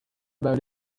about